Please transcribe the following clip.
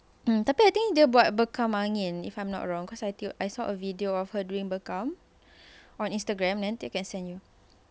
mm tapi I think she buat bekam angin if I'm not wrong cause I think I saw a video of her doing bekam on instagram can send you